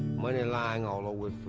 money lying all over